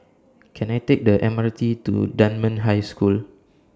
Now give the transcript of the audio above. Can I Take The M R T to Dunman High School